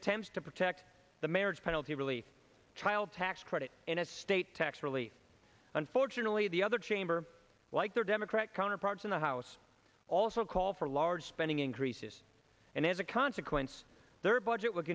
attempts to protect the marriage penalty relief child tax credit in a state tax relief unfortunately the other chamber like their democratic counterparts in the house also call for large spending increases and as a consequence their budget w